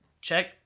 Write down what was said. check